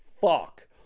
fuck